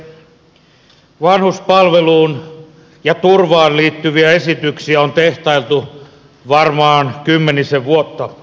vanhuspalveluun ja turvaan liittyviä esityksiä on tehtailtu varmaan kymmenisen vuotta